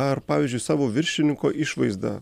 ar pavyzdžiui savo viršininko išvaizdą